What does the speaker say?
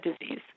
disease